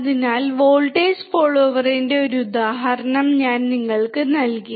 അതിനാൽ വോൾട്ടേജ് ഫോളോവറിന്റെ ഒരു ഉദാഹരണം ഞാൻ നിങ്ങൾക്ക് നൽകി